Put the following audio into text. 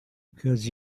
because